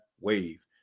wave